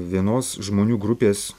vienos žmonių grupės